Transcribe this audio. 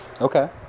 Okay